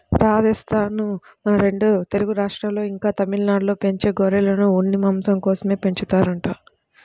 రాజస్థానూ, మన రెండు తెలుగు రాష్ట్రాల్లో, ఇంకా తమిళనాడులో పెంచే గొర్రెలను ఉన్ని, మాంసం కోసమే పెంచుతారంట